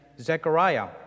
Zechariah